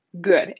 good